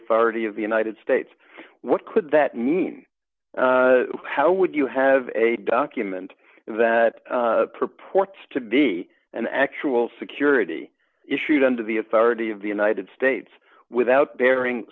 authority of the united states what could that mean how would you have a document that purports to be an actual security issued under the authority of the united states without bearing